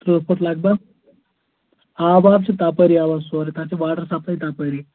ترٕٛہ پٕھٹ لگ بگ آب واب چھِ تپٲری اَوہ سورُے تَتہِ چھِ واٹر سَپلاے تَپٲری